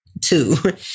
Two